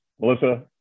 Melissa